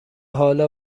حالا